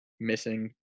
missing